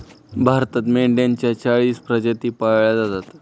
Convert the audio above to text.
भारतात मेंढ्यांच्या चाळीस प्रजाती पाळल्या जातात